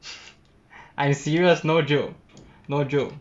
I'm serious no joke no joke